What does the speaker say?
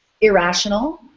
irrational